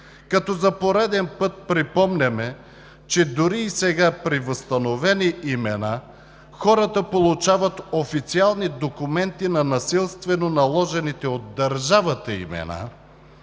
като за пореден път припомняме, че дори и сега при възстановени имена хората получават официални документи на насилствено наложените от държавата имена,